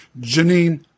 Janine